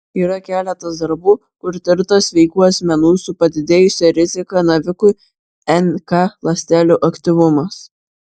yra keletas darbų kur tirtas sveikų asmenų su padidėjusia rizika navikui nk ląstelių aktyvumas